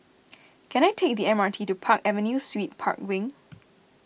can I take the M R T to Park Avenue Suites Park Wing